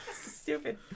Stupid